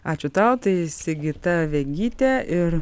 ačiū tau tai sigita vegytė ir